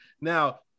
Now